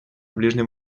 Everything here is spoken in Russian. ближнем